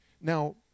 Now